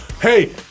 Hey